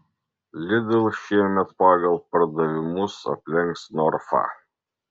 lidl šiemet pagal pardavimus aplenks norfą